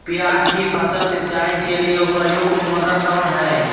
प्याज की फसल सिंचाई के लिए उपयुक्त मोटर कौन है?